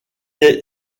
est